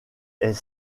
est